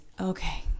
okay